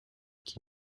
qui